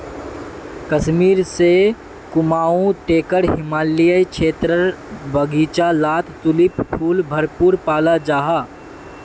कश्मीर से कुमाऊं टेकर हिमालयी क्षेत्रेर बघिचा लात तुलिप फुल भरपूर पाल जाहा